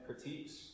critiques